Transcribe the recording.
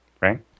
Right